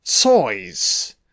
Toys